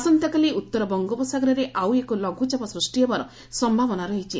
ଆସନ୍ତାକାଲି ଉତ୍ତର ବଙ୍ଗୋପସାଗରରେ ଆଉଏକ ଲଘ୍ୱଚାପ ସୂଷି ହେବାର ସମ୍ଭାବନା ରହିଛି